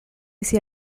sia